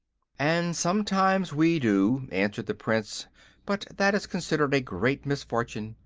and sometimes we do, answered the prince but that is considered a great misfortune,